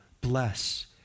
bless